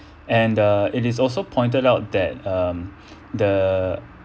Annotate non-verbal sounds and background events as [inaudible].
and the it is also pointed out that um [breath] the